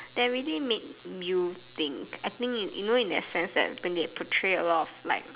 they really made you think I think you know in that sense like they portray a lot like